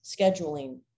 scheduling